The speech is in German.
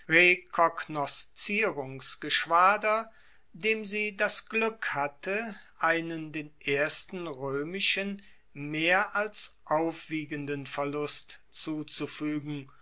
rekognoszierungsgeschwader dem sie das glueck hatte einen den ersten roemischen mehr als aufwiegenden verlust zuzufuegen